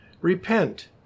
Repent